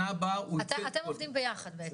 אתם עובדים ביחד בעצם?